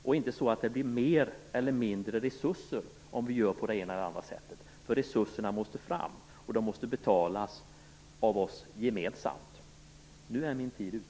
Det är inte så att det blir mer eller mindre resurser om vi gör på det ena eller det andra sättet, för resurserna måste fram och de måste betalas av oss gemensamt. Nu är min taletid slut.